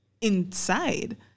inside